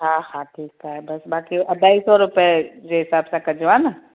हा हा ठीकु आहे बसि बाक़ी अढाई सौ रुपए जे हिसाब सां कजो हा न